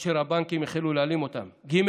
אשר הבנקים החלו להעלים אותם, ג.